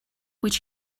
which